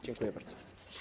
Dziękuję bardzo.